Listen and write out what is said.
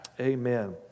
Amen